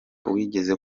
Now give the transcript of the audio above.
wigeze